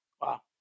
Wow